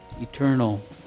eternal